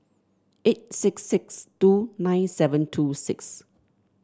eight six six two nine seven two six